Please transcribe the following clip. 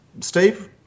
Steve